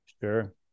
sure